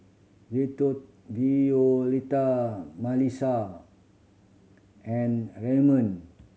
Violetta Melissa and Redmond